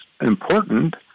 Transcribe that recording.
important